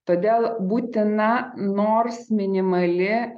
todėl būtina nors minimali